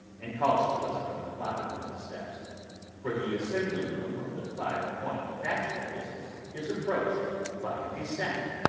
and calls to us from the bottom of the steps for the assembly-room of the five point fashionables is approached by a descent.